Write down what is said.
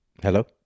Hello